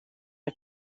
are